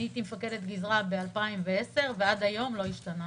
הייתי מפקדת גזרה ב-2010 ועד היום זה לא השתנה?